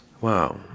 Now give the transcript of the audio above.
wow